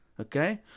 Okay